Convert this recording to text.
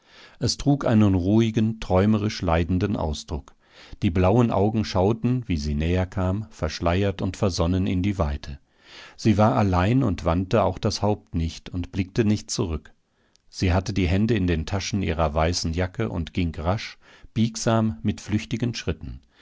es trug einen ruhigen träumerisch leidenden ausdruck die blauen augen schauten wie sie näher kam verschleiert und versonnen in die weite sie war allein und wandte auch das haupt nicht und blickte nicht zurück sie hatte die hände in den taschen ihrer weißen jacke und ging rasch biegsam mit flüchtigen schritten